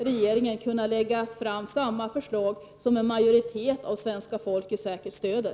Regeringen borde kunna lägga fram förslag, något som en majoritet av svenska folket säkert stöder.